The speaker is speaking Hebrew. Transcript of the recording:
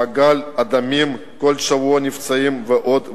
מעגל הדמים, כל שבוע נפצעים, ועוד ועוד.